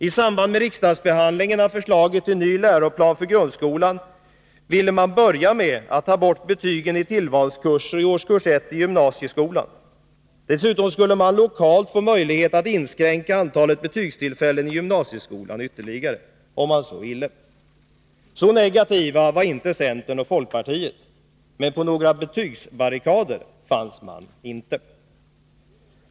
I samband med riksdagsbehandlingen av förslaget till ny läroplan för grundskolan ville man börja med att ta bort betygen i tillvalskurser och i årskurs 1 i gymnasieskolan. Dessutom skulle man lokalt få möjlighet att inskränka antalet betygstillfällen i gymnasieskolan ytterligare om man så ville. Så negativa var inte centern och folkpartiet, men på några betygsbarrikader återfanns man inte.